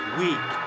week